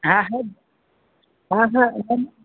हा हा हा हा